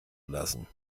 lassen